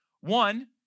One